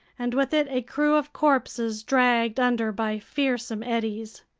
and with it a crew of corpses dragged under by fearsome eddies.